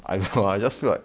I just feel like